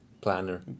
planner